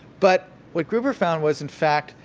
but, what gruber found was, in fact,